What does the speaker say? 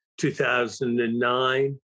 2009